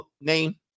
name